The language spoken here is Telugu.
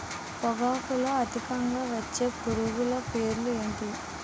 పొగాకులో అధికంగా వచ్చే పురుగుల పేర్లు ఏంటి